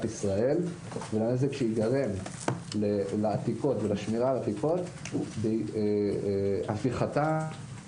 ישראל והנזק שייגרם לעתיקות ולשמירה על עתיקות בהפיכתה --- (נתק